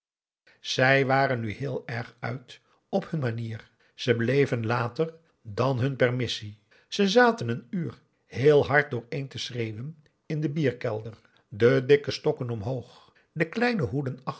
zij waren nu heel erg uit op hun manier ze bleven later dan hun permissie ze zaten een uur heel hard dooreen te schreeuwen in den bierkelder de dikke stokken omhoog de kleine hoeden